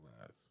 last